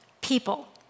people